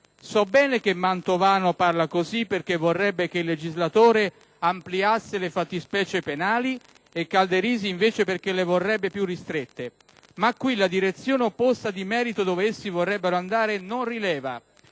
So bene che Mantovano parla così perché vorrebbe che il legislatore ampliasse le fattispecie penali e Calderisi invece perché le vorrebbe più ristrette, ma qui la direzione opposta di merito dove essi vorrebbero andare non rileva,